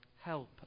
help